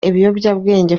ibiyobyabwenge